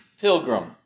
pilgrim